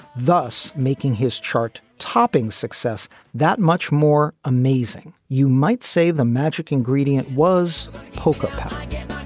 thus making his chart topping success that much more amazing. you might say the magic ingredient was pop up again.